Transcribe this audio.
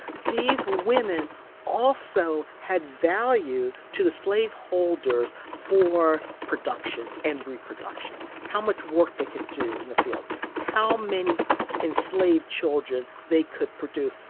these women also had value to the slaveholders for production and reproduction how much work they could do in the field, how many enslaved children they could produce.